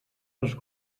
dels